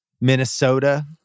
Minnesota